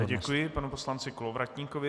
Děkuji panu poslanci Kolovratníkovi.